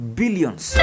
billions